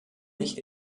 nicht